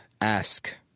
ask